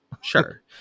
Sure